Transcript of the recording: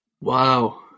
Wow